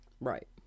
right